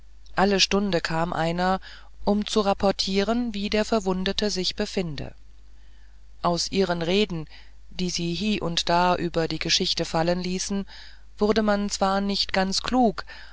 alle stunden kam einer um zu rapportieren wie der verwundete sich befinde aus ihren reden die sie hie und da über die geschichte fallen ließen wurde man zwar nicht ganz klug